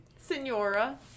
senora